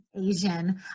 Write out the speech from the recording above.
Asian